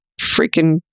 freaking